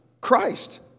Christ